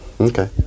Okay